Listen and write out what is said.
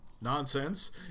Nonsense